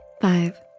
Five